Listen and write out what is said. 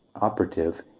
operative